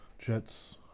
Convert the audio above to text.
Jets